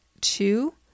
two